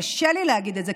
קשה לי להגיד את זה,